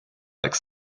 like